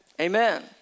Amen